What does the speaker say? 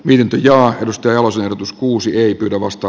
niinpä jo ajatusta jos ehdotus kuusi ei pyydä vasta